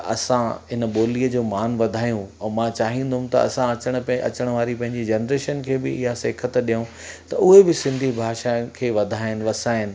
त असां इन ॿोलीअ जो मान वधायूं ऐं मां चाहींदुमि त असां अचण पे अचण वारी पंहिंजी जनरेशन खे बि इहा सेखत ॾियूं त उहे बि सिंधी भाषा खे वधाइनि वसाइनि